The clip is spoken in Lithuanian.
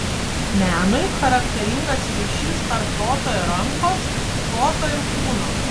menui charakteringas ryšys tarp proto ir rankos proto ir kūno